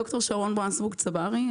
ד"ר שרון ברנסבורג צברי,